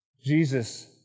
Jesus